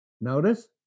Notice